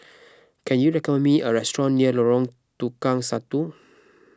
can you recommend me a restaurant near Lorong Tukang Satu